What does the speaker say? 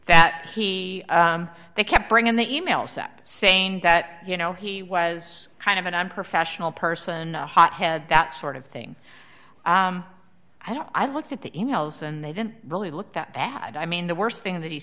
that he they kept bringing the e mails up saying that you know he was kind of an unprofessional person hothead that sort of thing i don't i looked at the e mails and they didn't really look that bad i mean the worst thing that he